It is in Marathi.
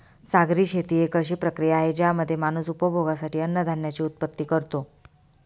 सागरी शेती एक अशी प्रक्रिया आहे ज्यामध्ये माणूस उपभोगासाठी अन्नधान्याची उत्पत्ति करतो